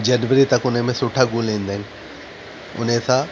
जनवरी तक हुन में सुठा ग़ुल ईंदा आहिनि हुन सां